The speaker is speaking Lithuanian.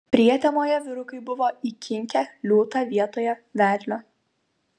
prietemoje vyrukai buvo įkinkę liūtą vietoje vedlio